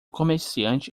comerciante